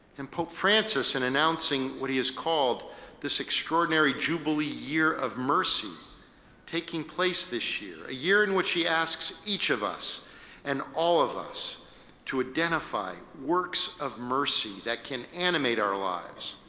and pope francis, in announcing what he has called this extraordinary jubilee year of mercy taking place this year, a year in which he asks each of us and all of us to identify works of mercy that can animate our lives,